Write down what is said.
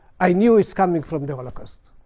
i knew it's coming from the holocaust.